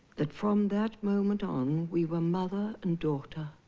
that from that moment on we were mother and daughter.